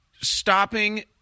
stopping